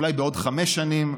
אולי בעוד חמש שנים,